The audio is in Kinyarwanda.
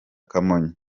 kamonyi